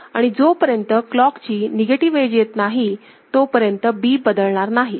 आणि जोपर्यंत क्लॉकची निगेटिव एज येत नाही तोपर्यंत B बदलणार नाही